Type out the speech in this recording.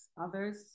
others